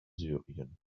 syrien